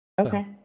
Okay